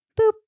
boop